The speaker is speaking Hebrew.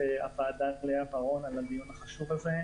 הוועדה לאה ורון על הדיון החשוב הזה.